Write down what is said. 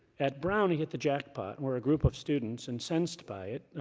at brown he hit the jackpot, where a group of students incensed by it,